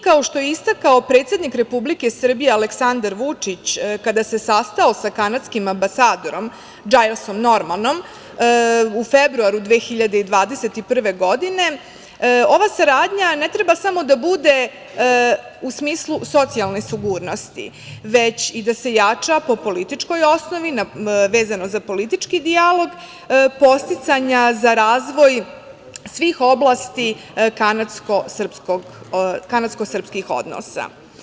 Kao što je istakao i predsednik Republike Srbije, Aleksandar Vučić, kada se sastao sa kanadskim ambasadorom DŽajlsom Normanom u februaru 2021. godine, ova saradnja ne treba samo da bude u smislu socijalne sigurnosti, već i da se jača po političkoj osnovi, vezano za politički dijalog, podsticanja za razvoj svih oblasti kanadsko-srpskih odnosa.